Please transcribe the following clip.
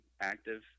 active